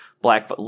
Black